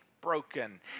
broken